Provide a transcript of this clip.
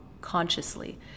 consciously